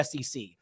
SEC